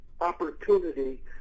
opportunity